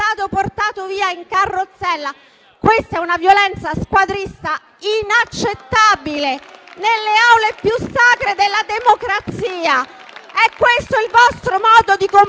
portato via in carrozzella. Questa è una violenza squadrista inaccettabile nelle Aule più sacre della democrazia. È questo è il vostro modo di comportarvi